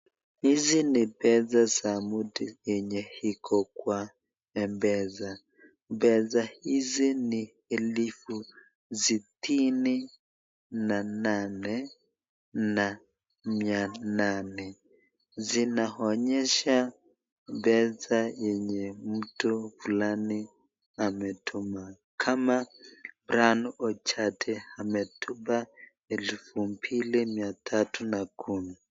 Hizi ni pesa za mtu yenye iko kwa mpesa. Pesa hizi ni elfu sitini na nane na mia nane zinaonyesha pesa yenye mtu fulani ametuma ,kama Rono Ojade ametuma elfu mbili mia tatu na kumi.